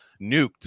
nuked